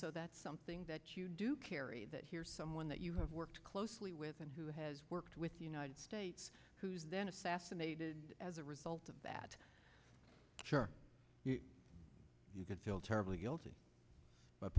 so that's something that you do carry that here someone that you have worked closely with and who has worked with united states who was then assassinated as a result of that sure you could feel terribly guilty about